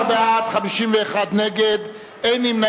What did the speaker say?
בעד, 16, נגד, 51, ואין נמנעים.